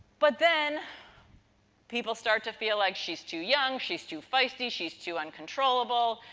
but, then people start to feel like she's too young, she's too feisty, she's too uncontrollable,